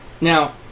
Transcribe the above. now